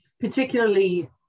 particularly